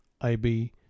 IB